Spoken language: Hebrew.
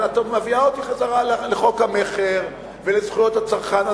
אז את מביאה אותי בחזרה לחוק המכר ולזכויות הצרכן.